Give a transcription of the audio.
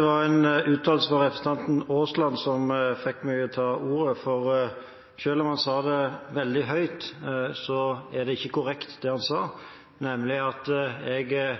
var en uttalelse fra representanten Aasland som fikk meg til å ta ordet, for selv om han sa det veldig høyt, er det ikke korrekt, det han sa, nemlig at jeg